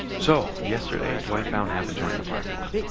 so, yesterday, dwight found half a joint in the parking lot,